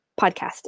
podcast